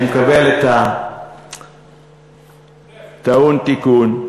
אני מקבל את הטעון תיקון,